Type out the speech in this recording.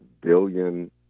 billion